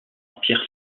pierre